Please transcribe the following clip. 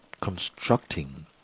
constructing